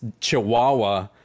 chihuahua